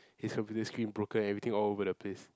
his computer screen broken everything all over the place